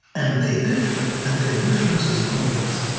and they differ, and their difference is noise.